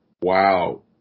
wow